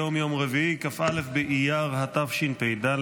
היום יום רביעי כ"א באייר התשפ"ד,